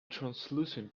translucent